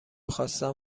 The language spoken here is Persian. خواستم